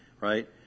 right